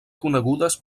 conegudes